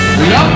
love